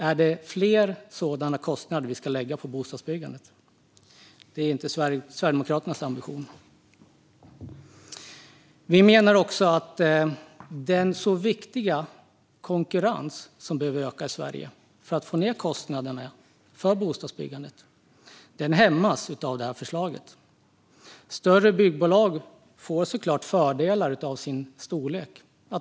Är det fler sådana kostnader vi ska lägga på bostadsbyggandet? Det är inte Sverigedemokraternas ambition. Vi menar också att den så viktiga konkurrensen som behöver öka i Sverige för att få ned kostnaderna för bostadsbyggandet hämmas av det här förslaget. Större byggbolag får såklart fördelar av sin storlek.